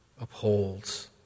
upholds